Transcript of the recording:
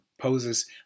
poses